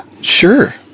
sure